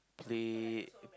play